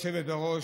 גברתי היושבת-ראש,